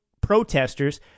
protesters